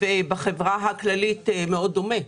ובחברה הכללית מאוד דומה,